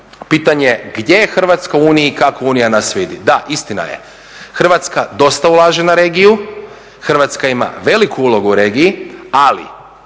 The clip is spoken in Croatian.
pitanje gdje je Hrvatska u Uniji i kako Unija nas vidi. Da istina je, Hrvatska dosta ulaže na regiju, Hrvatska ima veliku ulogu u regiji ali